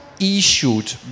issued